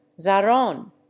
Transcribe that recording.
Zaron